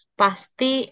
pasti